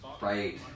right